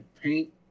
paint